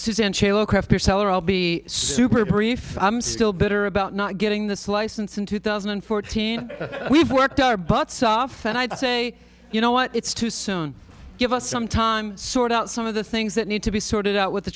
after seller i'll be super brief i'm still bitter about not getting this license in two thousand and fourteen we've worked our butts off and i'd say you know what it's too soon give us some time sort out some of the things that need to be sorted out with the